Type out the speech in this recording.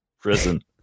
Prison